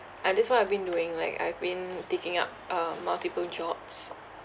ah this is what I've been doing like I've been taking up uh multiple jobs